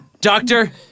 Doctor